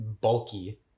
bulky